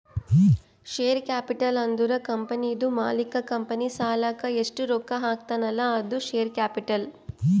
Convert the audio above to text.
share capital ಅಂದುರ್ ಕಂಪನಿದು ಮಾಲೀಕ್ ಕಂಪನಿ ಸಲಾಕ್ ಎಸ್ಟ್ ರೊಕ್ಕಾ ಹಾಕ್ತಾನ್ ಅಲ್ಲಾ ಅದು ಶೇರ್ ಕ್ಯಾಪಿಟಲ್